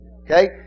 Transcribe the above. Okay